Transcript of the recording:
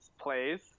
plays